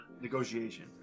negotiation